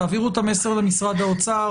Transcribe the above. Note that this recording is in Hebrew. תעבירו את המסר למשרד האוצר,